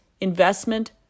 investment